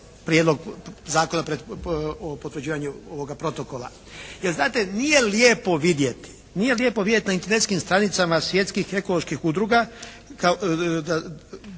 Prijedlog zakona o potvrđivanju ovoga protokola. Jer znate nije lijepo vidjeti na internetskim stranicama svjetskih ekoloških udruga